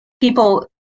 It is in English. people